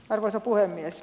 arvoisa puhemies